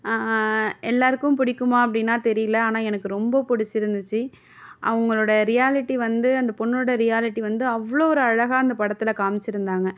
எல்லோருக்கும் பிடிக்குமா அப்படின்னா தெரியல ஆனால் எனக்கு ரொம்ப பிடிச்சிருந்துச்சி அவங்களோட ரியாலிட்டி வந்து அந்த பொண்ணோடய ரியாலிட்டி வந்து அவ்வளோ ஒரு அழகா அந்த படத்தில் காமிச்சிருந்தாங்க